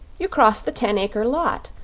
you cross the ten-acre lot,